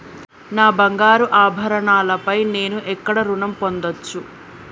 నా బంగారు ఆభరణాలపై నేను ఎక్కడ రుణం పొందచ్చు?